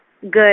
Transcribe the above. good